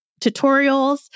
tutorials